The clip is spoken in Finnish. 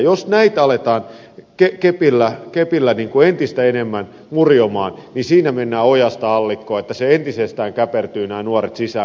jos näitä aletaan kepillä entistä enemmän murjomaan niin siinä mennään ojasta allikkoon siinä entisestään käpertyvät nämä nuoret sisäänpäin